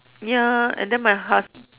ya and then my husb~